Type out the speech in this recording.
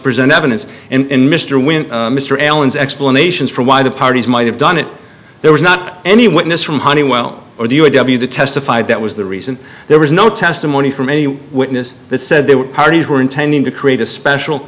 present evidence in mr when mr allen's explanations for why the parties might have done it there was not any witness from honeywell or the u a w the testified that was the reason there was no testimony from a witness that said they were parties were intending to create a special